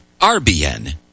RBN